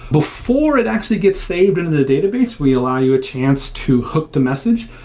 before it actually gets saved into the database, we allow you a chance to hook the message.